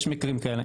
יש מקרים כאלה.